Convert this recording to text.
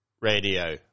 Radio